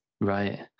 Right